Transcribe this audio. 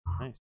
Nice